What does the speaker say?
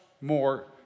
more